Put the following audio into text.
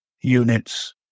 units